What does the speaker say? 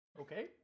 Okay